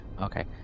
Okay